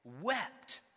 wept